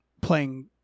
playing